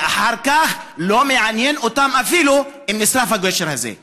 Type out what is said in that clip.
ואחר כך לא מעניין אותם אפילו אם יישרף הגשר הזה.